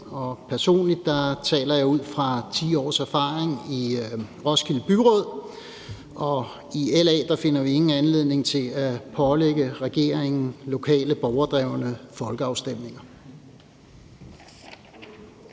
personligt taler jeg ud fra 10 års erfaring fra Roskilde Byråd. I LA finder vi ingen anledning til at pålægge regeringen noget i forhold til lokale borgerdrevne folkeafstemninger.